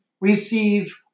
receive